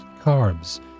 carbs